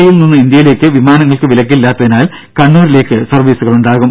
E യിൽനിന്ന് ഇന്ത്യയിലേക്ക് വിമാനങ്ങൾക്ക് വിലക്കില്ലാത്തതിനാൽ കണ്ണൂരിലേക്ക് സർവീസുകളുണ്ടാകും